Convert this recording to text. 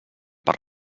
per